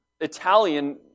Italian